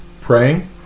praying